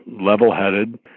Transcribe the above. level-headed